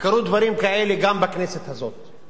וקרו דברים כאלה גם בכנסת הזאת.